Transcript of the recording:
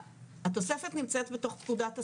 התוספת נמצאת בתוך פקודת הסמים.